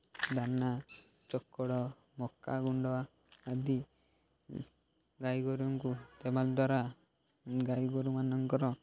ଦାନା ଚୋକଡ଼ ମକା ଗୁଣ୍ଡ ଆଦି ଗାଈଗୋରୁଙ୍କୁ ଦେବା ଦ୍ୱାରା ଗାଈ ଗୋରୁମାନଙ୍କର